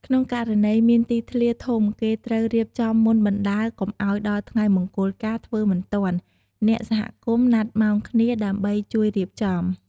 ក្នុងករណីមានទីធ្លាធំគេត្រូវរៀបចំមុនបណ្តើរកុំឱ្យដល់ថ្ងៃមង្គលការធ្វើមិនទាន់ អ្នកសហគមន៍ណាត់ម៉ោងគ្នាដើម្បីជួយរៀបចំ។